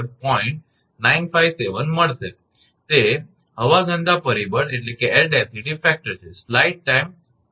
957 મળશે તે હવા ઘનતા પરિબળ છે